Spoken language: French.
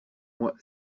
moi